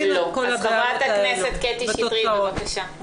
חברת הכנסת קטי שטרית, בבקשה.